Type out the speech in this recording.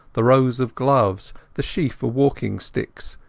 the rows of gloves, the sheaf of walking-sticks,